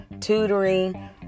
tutoring